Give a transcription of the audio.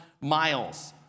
miles